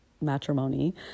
matrimony